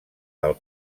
del